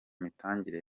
mitangire